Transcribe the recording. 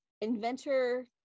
inventor